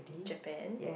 Japan